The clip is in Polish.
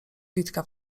witka